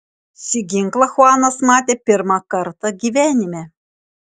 šį ginklą chuanas matė pirmą kartą gyvenime